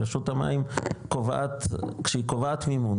רשות המים כשהיא קובעת מימון,